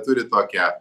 turi tokią